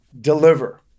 deliver